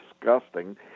disgusting